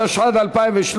התשע"ד 2013,